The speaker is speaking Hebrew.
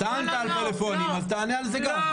טענת על פלאפונים, אז תענה על זה גם.